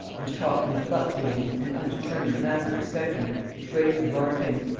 and talked in a fluctuating and undetermined manner respecting it which greatly alarmed him.